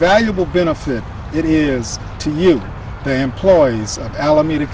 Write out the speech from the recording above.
valuable benefit it is to you pay employees alameda